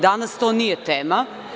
Danas to nije tema.